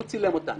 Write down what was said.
הוא צילם אותן.